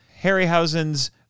Harryhausen's